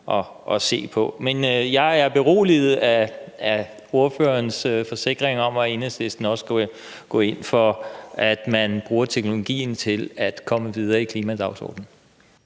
jeg er beroliget af ordførerens forsikringer om, at Enhedslisten også går ind for, at man bruger teknologien til at komme videre i klimadagsordenen.